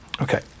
Okay